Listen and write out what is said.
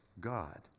God